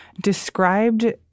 described